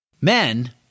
Men